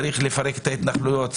צריך לפרק את ההתנחלויות,